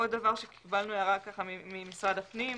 עוד דבר לגביו קיבלנו הערה ממשרד הפנים.